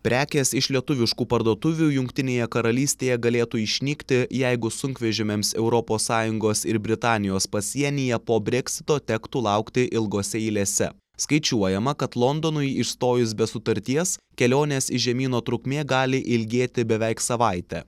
prekės iš lietuviškų parduotuvių jungtinėje karalystėje galėtų išnykti jeigu sunkvežimiams europos sąjungos ir britanijos pasienyje po breksito tektų laukti ilgose eilėse skaičiuojama kad londonui išstojus be sutarties kelionės iš žemyno trukmė gali ilgėti beveik savaitę